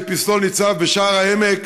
שפסלו ניצב בשער העמק,